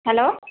hello